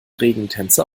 regentänze